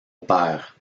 pair